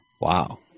Wow